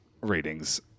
ratings